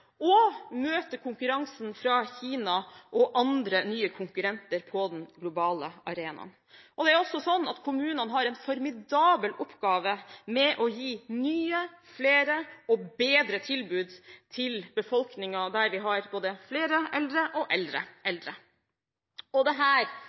og møte konkurransen fra Kina og andre nye konkurrenter på den globale arenaen. Kommunene har en formidabel oppgave med å gi nye, flere og bedre tilbud til befolkningen der vi har både flere eldre og eldre